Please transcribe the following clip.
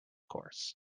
course